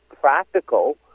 practical